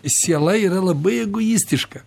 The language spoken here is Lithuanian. siela yra labai egoistiška